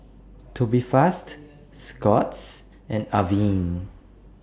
Tubifast Scott's and Avene